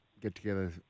get-together